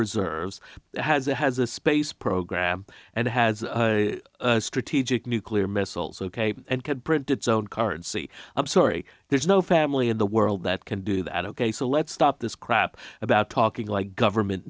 reserves has a has a space program and has a strategic nuclear missiles ok and could print its own currency i'm sorry there's no family in the world that can do that ok so let's stop this crap about talking like government